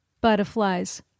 butterflies